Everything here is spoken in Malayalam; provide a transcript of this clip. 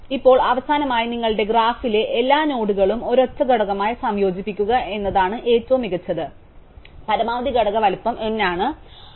ഇപ്പോൾ അവസാനമായി നിങ്ങളുടെ ഗ്രാഫിലെ എല്ലാ നോഡുകളും ഒരൊറ്റ ഘടകമായി സംയോജിപ്പിക്കുക എന്നതാണ് ഏറ്റവും മികച്ചത് പരമാവധി ഘടക വലുപ്പം n ആണ്